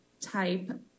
type